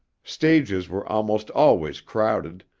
stages were almost always crowded,